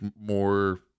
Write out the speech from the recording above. more